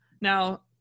now